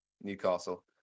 Newcastle